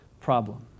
problem